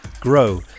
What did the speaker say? grow